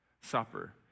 Supper